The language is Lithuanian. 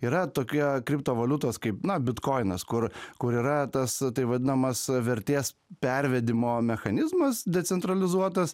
yra tokie kriptovaliutos kaip na bitkoinas kur kur yra tas taip vadinamas vertės pervedimo mechanizmas decentralizuotas